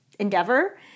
endeavor